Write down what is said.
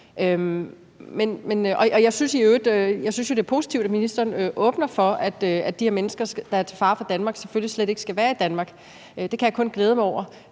Jeg synes jo, det er positivt, at ministeren åbner for, at de her mennesker, der er til fare for Danmark, selvfølgelig slet ikke skal være i Danmark. Det kan jeg kun glæde mig over.